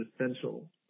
essential